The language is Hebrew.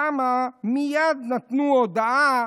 שם מייד נתנו הוראה